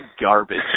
garbage